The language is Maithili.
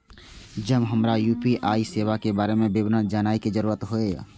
जब हमरा यू.पी.आई सेवा के बारे में विवरण जानय के जरुरत होय?